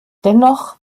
dennoch